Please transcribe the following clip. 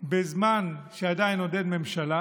בזמן שעדיין עוד אין ממשלה,